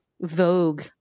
Vogue